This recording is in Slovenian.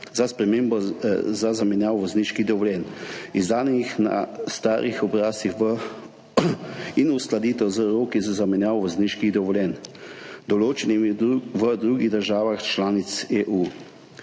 roka za zamenjavo vozniških dovoljenj, izdanih na starih obrazcih, in uskladitev z roki za zamenjavo vozniških dovoljenj, določenimi v drugih državah članicah EU.